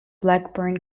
blackburn